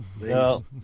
No